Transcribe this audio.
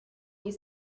you